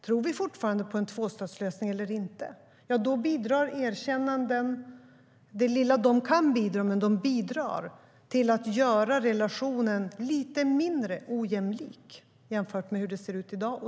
Tror vi fortfarande på en tvåstatslösning eller inte? Om vi tror på det bidrar erkännanden med det lilla de kan till att göra relationen lite mindre ojämlik jämfört med hur det ser ut i dag.